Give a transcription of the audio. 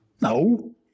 no